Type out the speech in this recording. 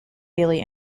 bailey